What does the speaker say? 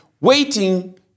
waiting